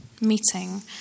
meeting